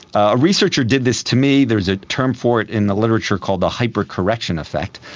a researcher did this to me, there's a term for it in the literature called the hyper-correction effect.